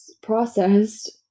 processed